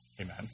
Amen